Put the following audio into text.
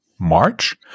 March